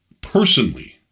personally